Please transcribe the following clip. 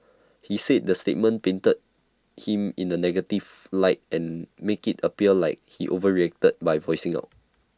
he said the statement painted him in A negative light and make IT appear like he overreacted by voicing out